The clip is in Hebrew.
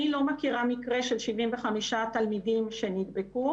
אני לא מכירה מקרה של 75 תלמידים שנדבקו.